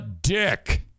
dick